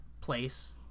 place